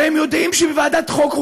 הרי הם יודעים שבוועדת החוקה,